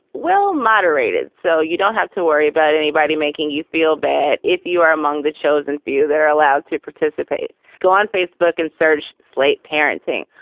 well, moderated. so you don't have to worry about anybody making you feel bad. if you are among the chosen few that are allowed to participate, go on facebook and search slate parenting.